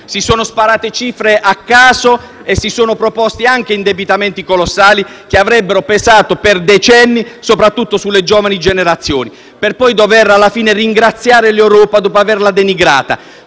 Si sono sparate cifre a caso e si sono proposti anche indebitamenti colossali che avrebbero pesato per decenni soprattutto sulle giovani generazioni, per poi dover alla fine ringraziare l'Europa dopo averla denigrata.